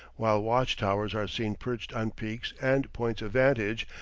while watch-towers are seen perched on peaks and points of vantage,